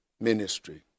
ministry